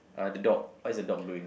uh the dog what's the dog doing